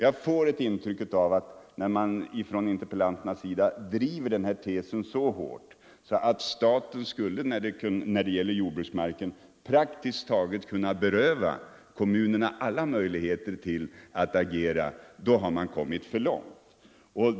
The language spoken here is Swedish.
Jag får intrycket att då interpellanterna så hårt driver tesen att staten när det gäller jordbruksmarken praktiskt taget skulle beröva kommunerna alla möjligheter att agera så har man kommit för långt.